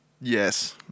Yes